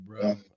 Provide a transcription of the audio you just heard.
bro